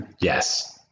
Yes